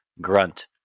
grunt